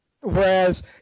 whereas